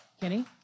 Kenny